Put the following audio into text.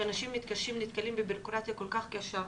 שאנשים מתקשרים ונתקלים בבירוקרטיה כל כך קשה,